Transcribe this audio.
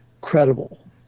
credible